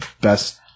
best